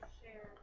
share